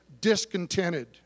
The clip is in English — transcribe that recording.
discontented